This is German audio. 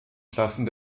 klassen